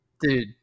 dude